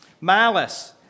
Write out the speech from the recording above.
Malice